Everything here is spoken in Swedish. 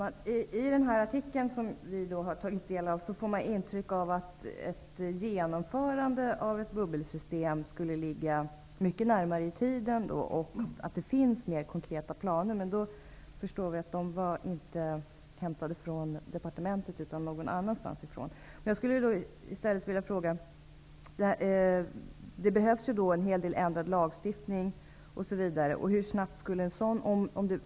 Herr talman! I den artikel som vi har tagit del av får man intrycket att ett genomförande av ett bubbelsystem skulle ligga mycket närmare i tiden och att det finns mer konkreta planer. Men vi förstår då att det som sägs om detta inte bygger på information från departementet utan det är hämtat någon annanstans. Det behövs ju för detta en hel del förändringar i lagstiftingen.